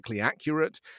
accurate